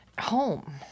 Home